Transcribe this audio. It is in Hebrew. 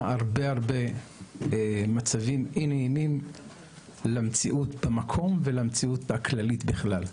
הרבה מצבים לא נעימים למקום ולמציאות הכללית בכלל.